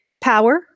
power